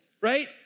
right